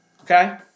Okay